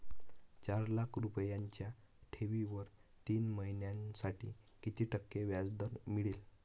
चार लाख रुपयांच्या ठेवीवर तीन महिन्यांसाठी किती टक्के व्याजदर मिळेल?